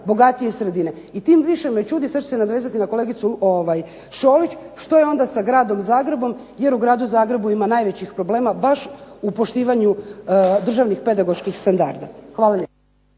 bogatije sredine. I tim više me čudi, sad ću se nadovezati na kolegicu Šolić, što je onda sa Gradom Zagrebom jer u gradu Zagrebu ima najvećih problema baš u poštivanju državnih pedagoških standarda. Hvala lijepo.